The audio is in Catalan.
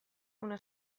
una